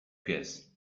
pies